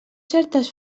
certes